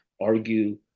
argue